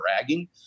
bragging